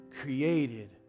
created